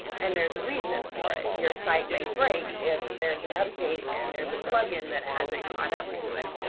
and there's a reason for it, your site may break if there's an update and there's a plugin that hasn't caught up to it.